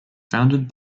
founded